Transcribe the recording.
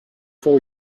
for